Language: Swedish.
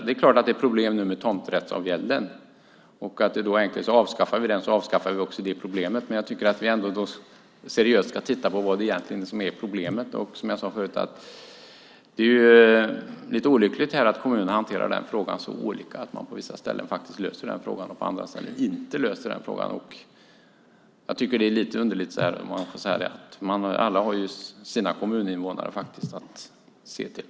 Det är klart att det nu är problem med tomträttsavgälden. Då är det enkelt att säga: Avskaffar vi den avskaffar vi också det problemet. Men jag tycker att vi seriöst ska titta på vad det egentligen är som är problemet. Som jag sade tidigare är det lite olyckligt att kommunerna hanterar den frågan på så olika sätt. På vissa ställen löser man frågan, men på andra ställen löser man den inte. Jag tycker att det är lite underligt. Alla har ju sina kommuninvånare att se till.